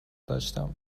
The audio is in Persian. داشتم